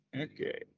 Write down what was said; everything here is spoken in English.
Okay